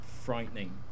frightening